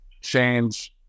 change